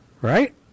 Right